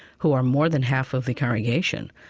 who are more than half of the congregation,